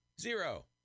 Zero